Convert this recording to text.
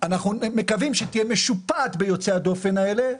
אנחנו מקווים שתהיה משופעת ביוצאי הדופן האלה,